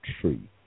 tree